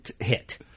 hit